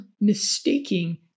mistaking